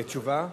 תשובה?